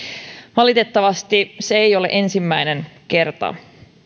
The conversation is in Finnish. valitettavasti se ei ole ensimmäinen kerta